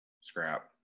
scrap